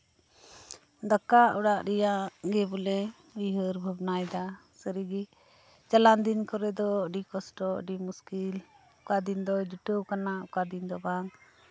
ᱫᱟᱠᱟ ᱚᱲᱟᱜ ᱨᱮᱭᱟᱜ ᱜᱮ ᱵᱚᱞᱮ ᱩᱭᱦᱟᱹᱨ ᱵᱷᱟᱵᱽᱱᱟᱭᱮᱫᱟ ᱥᱟᱹᱨᱤᱜᱮ ᱪᱟᱞᱟᱣᱮᱱ ᱫᱤᱱ ᱠᱚᱨᱮ ᱫᱚ ᱟᱹᱰᱤ ᱠᱚᱥᱴᱚ ᱟᱹᱰᱤ ᱢᱩᱥᱠᱤᱞ ᱚᱠᱟ ᱫᱤᱱ ᱫᱚ ᱡᱩᱴᱟᱹᱣ ᱟᱠᱟᱱᱟ ᱚᱠᱟ ᱫᱤᱱ ᱫᱚ ᱵᱟᱝ